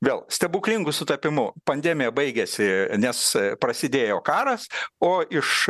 vėl stebuklingu sutapimu pandemija baigėsi nes prasidėjo karas o iš